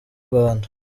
rwanda